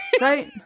Right